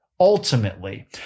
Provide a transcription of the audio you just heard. ultimately